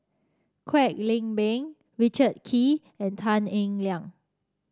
Kwek Leng Beng Richard Kee and Tan Eng Liang